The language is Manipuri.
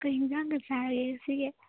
ꯀꯔꯤ ꯑꯦꯟꯁꯥꯡꯒ ꯆꯥꯔꯒꯦ ꯉꯁꯤꯒꯤ